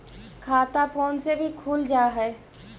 खाता फोन से भी खुल जाहै?